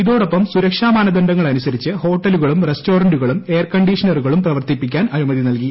ഇതോടൊപ്പം സുരക്ഷാ ് മാനദ്ദ്ണ്ഡ്ങൾ അനുസരിച്ച് ഹോട്ടലുകളും റസ്റ്റോറന്റുകളും എയർ കണ്ടീഷണറുകളും പ്രവർത്തിപ്പിക്കാൻ അനുമതി നൽകി